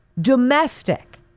domestic